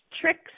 tricks